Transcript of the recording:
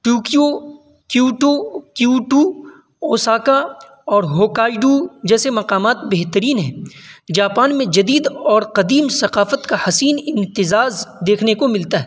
Tokyo Kyoto Kyoto Osaka اور Hokkaido جیسے مقامات بہترین ہیں جاپان میں جدید اور قدیم ثقافت کا حسین امتزاج دیکھنے کو ملتا ہے